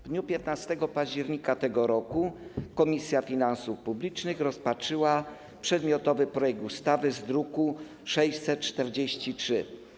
W dniu 15 października tego roku Komisja Finansów Publicznych rozpatrzyła przedmiotowy projekt ustawy z druku nr 643.